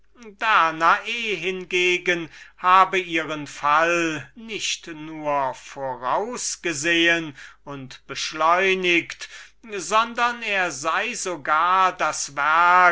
danae hingegen habe ihren fall nicht nur vorausgesehen und beschleunigt sondern er sei sogar das werk